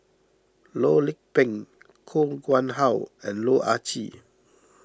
Loh Lik Peng Koh Nguang How and Loh Ah Chee